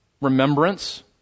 Remembrance